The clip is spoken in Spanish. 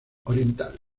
oriental